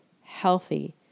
healthy